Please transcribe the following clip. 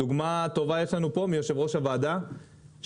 יש לנו פה דוגמה טובה מיושב-ראש הוועדה שבהיותו